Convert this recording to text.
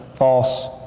False